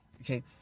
okay